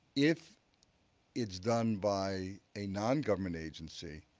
if it's done by a non-government agency,